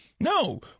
No